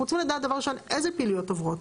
אנחנו רוצים לדעת דבר ראשון איזה פעילויות עוברות,